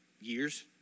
years